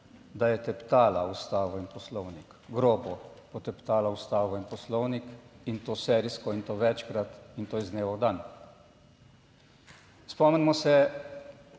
da je teptala Ustavo in Poslovnik, grobo poteptala Ustavo in Poslovnik in to serijsko in to večkrat in to iz dneva v dan. Spomnimo se,